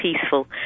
peaceful